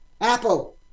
Apple